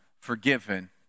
forgiven